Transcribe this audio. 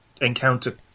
encounter